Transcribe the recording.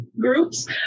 groups